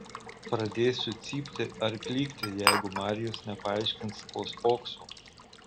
pradėsiu cypti ar klykti jeigu marijus nepaaiškins ko spokso